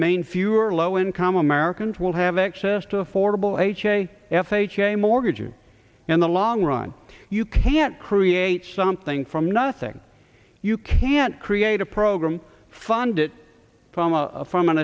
maine fewer low income americans will have access to affordable ha f h a mortgage or in the long run you can't create something from nothing you can't create a program funded from a from an